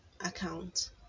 account